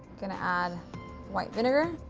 going to add white vinegar.